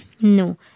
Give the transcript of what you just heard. No